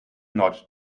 nod